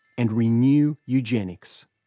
and renew eugenics.